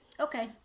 Okay